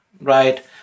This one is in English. right